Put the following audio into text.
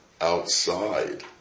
outside